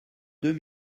deux